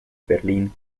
berlin